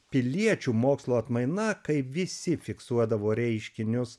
piliečių mokslo atmaina kai visi fiksuodavo reiškinius